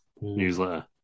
newsletter